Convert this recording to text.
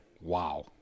wow